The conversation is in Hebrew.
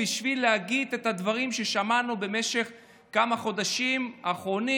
בשביל להגיד את הדברים ששמענו במשך כמה החודשים האחרונים,